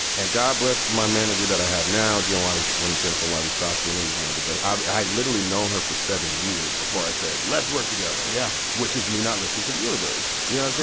and god bless my manager that i have now and you know um when jennifer wiley-stockton, who's one of the best ah but i had literally known her for seven years before i said, let's work together, yeah which is me not listening to the universe. you know so